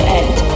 end